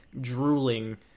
drooling